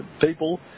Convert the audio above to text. people